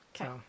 Okay